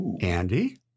Andy